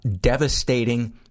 devastating